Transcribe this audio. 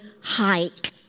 hike